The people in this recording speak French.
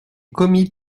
commis